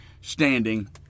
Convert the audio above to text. standing